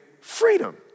freedom